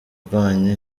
rwanyu